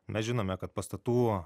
mes žinome kad pastatų